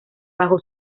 bajo